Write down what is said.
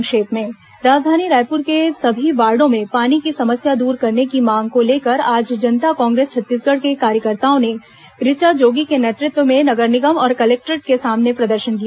संक्षिप्त समाचार राजधानी रायपुर के सभी वार्डो में पानी की समस्या दूर करने की मांग को लेकर आज जनता कांग्रेस छत्तीसगढ़ के कार्यकर्ताओं ने ऋचा जोगी के नेतृत्व में नगर निगम और कलेक्ट्रेट के सामने प्रदर्शन किया